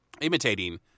imitating